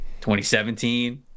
2017